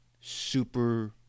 super